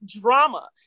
drama